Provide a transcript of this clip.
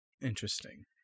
Interesting